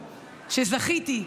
שזכיתי,